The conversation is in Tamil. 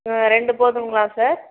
ரெண்டு போதுங்களா சார்